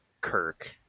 Kirk